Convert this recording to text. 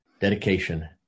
dedication